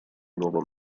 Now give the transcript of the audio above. nuovo